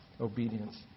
obedience